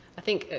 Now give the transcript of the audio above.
i think,